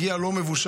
הגיע לא מבושל.